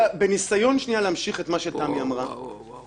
כלומר, DNA או טביעת אצבע.